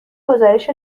گزارش